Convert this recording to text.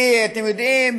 כי אתם יודעים,